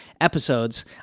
episodes